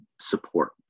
support